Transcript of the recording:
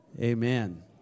Amen